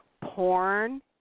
Porn